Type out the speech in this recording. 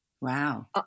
Wow